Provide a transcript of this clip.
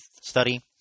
study